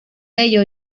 ello